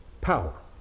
power